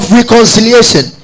reconciliation